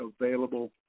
available